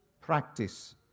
practice